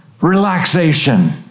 relaxation